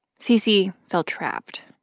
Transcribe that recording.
cc felt trapped.